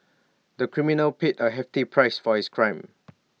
the criminal paid A heavy tea price for his crime